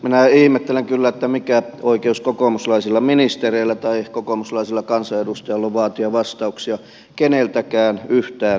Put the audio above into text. minä ihmettelen kyllä mikä oikeus kokoomuslaisilla ministereillä tai kokoomuslaisilla kansanedustajilla on vaatia vastauksia keneltäkään yhtään mihinkään